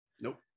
Nope